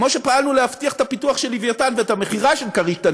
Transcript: כמו שפעלנו להבטיח את הפיתוח של "לווייתן" ואת המכירה של "כריש-תנין"